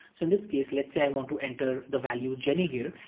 so in this case, let's say i want to enter the value jenny here,